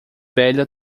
velha